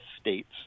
states